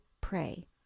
pray